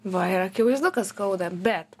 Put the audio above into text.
va ir akivaizdu kad skauda bet